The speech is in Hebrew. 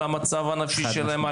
על המצב הנפשי שלהם,